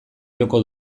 joko